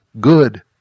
good